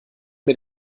mir